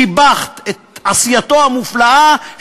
שיבחת את עשייתו המופלאה,